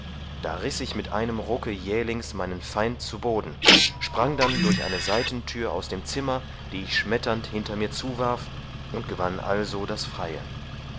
da riß ich mit einem rucke jählings meinen feind zu boden sprang dann durch eine seitenthür aus dem zimmer die ich schmetternd hinter mir zuwarf und gewann also das freie